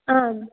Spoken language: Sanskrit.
आम्